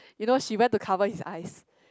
you know she went to cover his eyes